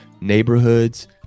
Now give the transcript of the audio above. neighborhoods